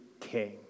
king